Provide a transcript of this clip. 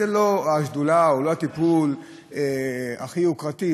זו לא השדולה או הטיפול הכי יוקרתיים,